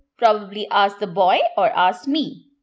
probably asked the boy or asked me.